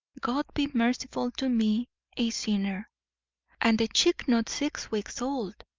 god be merciful to me a sinner and the chick not six weeks old!